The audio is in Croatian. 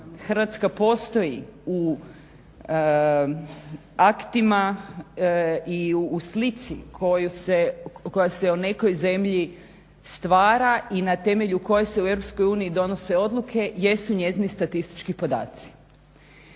Hrvatska postoji u aktima i u slici koju se, koja se o nekoj zemlji stvara i na temelju na koje se u EU donose odluke jesu njezini statistički podaci.